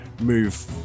move